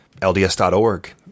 LDS.org